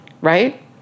right